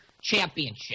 Championship